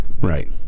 Right